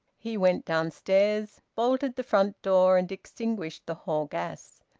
he went downstairs, bolted the front door, and extinguished the hall gas.